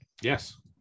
Yes